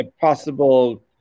possible